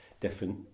different